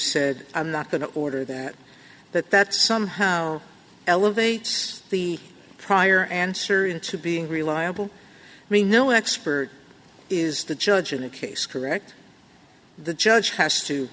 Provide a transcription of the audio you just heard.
said i'm not going to order that that that somehow elevates the prior answer into being reliable me no expert is the judge in a case correct the judge has to